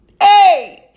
Hey